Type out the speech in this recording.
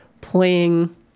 playing